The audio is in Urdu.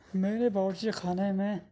میرے باورچی خانے میں